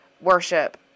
worship